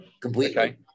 completely